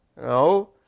No